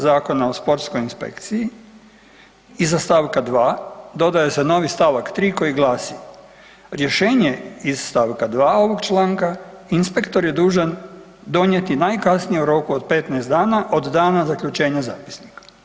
Zakona o sportskoj inspekciji, iza st. 2. dodaje se novi st. 3. koji glasi: „Rješenje iz st. 2. ovog članka inspektor je dužan donijeti najkasnije u roku od 15 dana od dana zaključenja zapisnika“